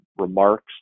remarks